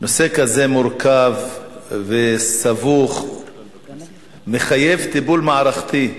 נושא כזה מורכב וסבוך מחייב טיפול מערכתי.